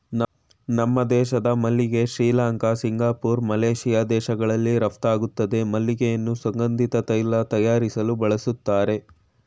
ನಮ್ಮ ದೇಶದ ಮಲ್ಲಿಗೆ ಶ್ರೀಲಂಕಾ ಸಿಂಗಪೂರ್ ಮಲೇಶಿಯಾ ದೇಶಗಳಿಗೆ ರಫ್ತಾಗುತ್ತೆ ಮಲ್ಲಿಗೆಯನ್ನು ಸುಗಂಧಿತ ತೈಲ ತಯಾರಿಸಲು ಬಳಸ್ತರೆ